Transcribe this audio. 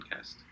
podcast